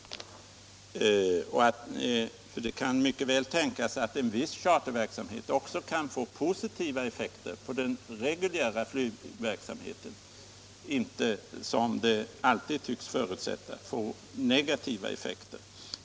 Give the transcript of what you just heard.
Det kan mycket väl tänkas att viss charterverksamhet också kan få positiva effekter på den reguljära flygtrafiken och inte, som alltid tycks förutsättas, negativa effekter.